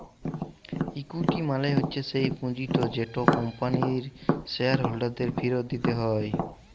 equity মালে হচ্যে স্যেই পুঁজিট যেট কম্পানির শেয়ার হোল্ডারদের ফিরত দিতে হ্যয়